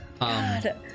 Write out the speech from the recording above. God